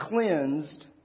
cleansed